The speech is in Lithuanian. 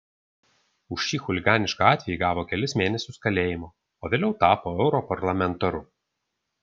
už šį chuliganišką atvejį gavo kelis mėnesius kalėjimo o vėliau tapo europarlamentaru